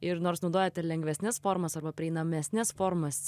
ir nors naudojat ir lengvesnes formas arba prieinamesnes formas